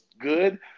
good